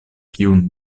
kiun